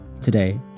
Today